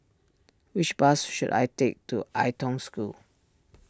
which bus should I take to Ai Tong School